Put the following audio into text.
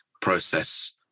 process